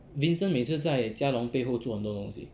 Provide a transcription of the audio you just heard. vincent 每次在 jia long 背后做很多东西